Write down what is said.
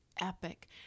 epic